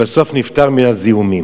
ובסוף הוא נפטר מזיהומים.